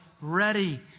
ready